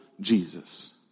Jesus